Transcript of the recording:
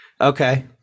Okay